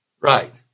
right